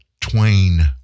twain